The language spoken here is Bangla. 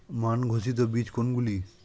মান ঘোষিত বীজ কোনগুলি?